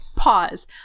Pause